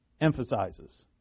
emphasizes